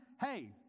hey